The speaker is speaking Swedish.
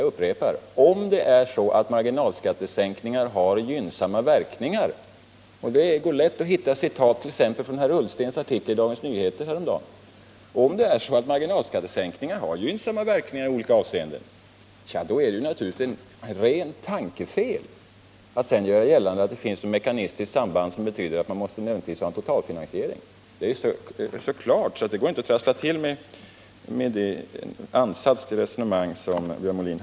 Om marginalskattesänkningar i olika avseenden har gynnsamma verkningar — och det går lätt att hitta citat från politiker som har givit uttryck för den åsikten, t.ex. ur Ola Ullstens artikel i Dagens Nyheter häromdagen — då är det naturligtvis ett rent tankefel att sedan göra gällande att det finns något mekaniskt samband som gör att man nödvändigtvis måste ha en totalfinansiering.